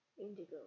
indigo